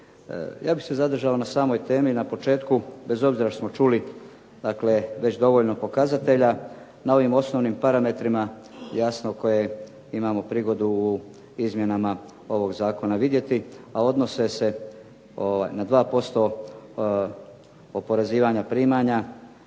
Ja bih se zadržao na samoj temi na početku bez obzira što smo čuli dakle već dovoljno pokazatelja na ovim osnovnim parametrima jasno koje imamo prigodu u izmjenama ovog zakona vidjeti a odnose se na 2% oporezivanja primanja